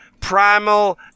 primal